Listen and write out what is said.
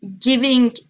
giving